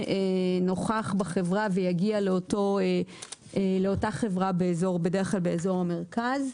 נוכח בחברה ויגיע לאותה חברה שהיא בדרך כלל באזור המרכז.